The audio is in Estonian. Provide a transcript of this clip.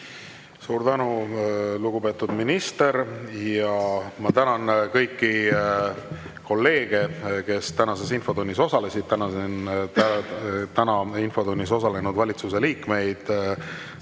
Suur tänu, lugupeetud minister! Ma tänan kõiki kolleege, kes tänases infotunnis osalesid, tänan infotunnis osalenud valitsuse liikmeid.